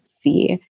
see